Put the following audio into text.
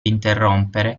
interrompere